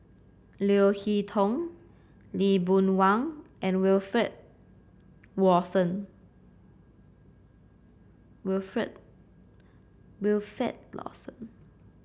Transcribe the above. Leo Hee Tong Lee Boon Wang and Wilfed Lawson